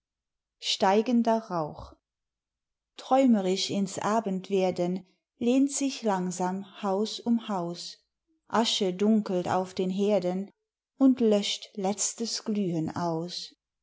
und raum träumerisch ins abendwerden lehnt sich langsam haus um haus asche dunkelt auf den herden und löscht letztes glühen aus